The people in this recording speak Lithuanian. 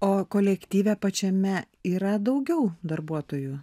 o kolektyve pačiame yra daugiau darbuotojų